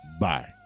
Bye